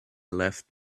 left